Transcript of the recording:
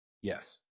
yes